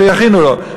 שיכינו לו.